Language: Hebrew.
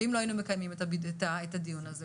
ואם לא היינו מקיימים את הדיון הזה,